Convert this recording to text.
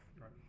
Right